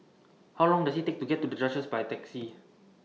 How Long Does IT Take to get to The Duchess By Taxi